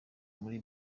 muri